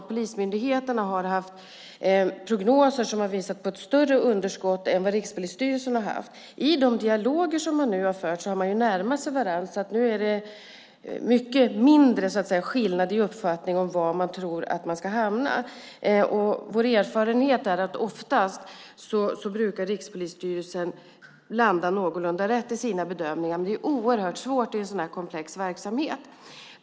Polismyndigheternas prognoser har visat på ett större underskott än Rikspolisstyrelsens prognoser. I de dialoger som nu har förts har man närmat sig varandra, så nu är det mycket mindre skillnad i uppfattning om var man tror att man ska hamna. Vår erfarenhet är att Rikspolisstyrelsen oftast landar någorlunda rätt i sina bedömningar, men det är oerhört svårt att göra bedömningar i en sådan här komplex verksamhet.